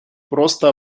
просто